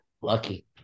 Lucky